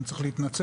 אני צריך להתנצל,